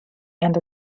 and